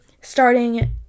Starting